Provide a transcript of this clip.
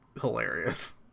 hilarious